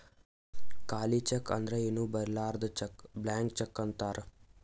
ಖಾಲಿ ಚೆಕ್ ಅಂದುರ್ ಏನೂ ಬರಿಲಾರ್ದು ಚೆಕ್ ಬ್ಲ್ಯಾಂಕ್ ಚೆಕ್ ಅಂತಾರ್